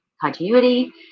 continuity